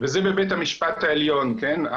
וזה בבית המשפט העליון, כן?